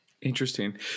Interesting